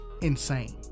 insane